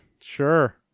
Sure